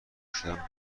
شدن